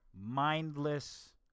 mindless